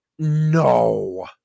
No